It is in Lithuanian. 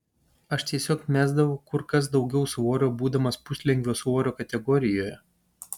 aš tiesiog mesdavau kur kas daugiau svorio būdamas puslengvio svorio kategorijoje